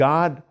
God